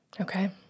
Okay